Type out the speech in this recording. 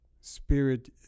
spirit